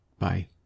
Bye